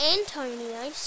Antonio